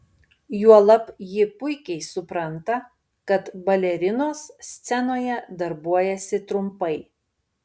juolab ji puikiai supranta kad balerinos scenoje darbuojasi trumpai